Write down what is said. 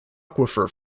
aquifer